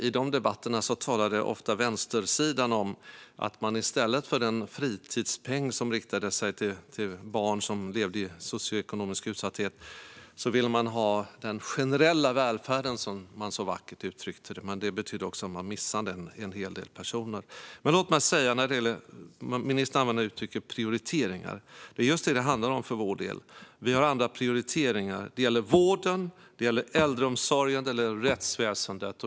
I de debatterna talade ofta vänstersidan om att man i stället för en fritidspeng som riktar sig till barn som lever i socioekonomisk utsatthet ville ha den generella välfärden, som man så vackert uttryckte det. Det betydde också att man missade en hel del personer. Ministern använde uttrycket "prioriteringar", och det är just det som det handlar om för vår del. Vi har andra prioriteringar. Det gäller vården, det gäller äldreomsorgen och det gäller rättsväsendet.